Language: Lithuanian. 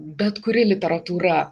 bet kuri literatūra